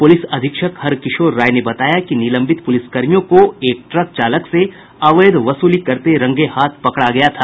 police अधीक्षक हरकिशोर राय ने बताया कि निलंबित पुलिसकर्मियों को एक ट्रक चालक से अवैध वसूली करते रंगे हाथ पकड़ा गया था